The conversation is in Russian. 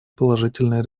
положительные